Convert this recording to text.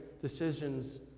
decisions